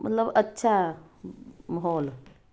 ਮਤਲਬ ਅੱਛਾ ਮਾਹੌਲ